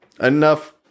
enough